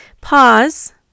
pause